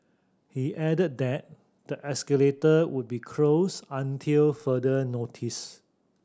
he added that the escalator would be closed until further notice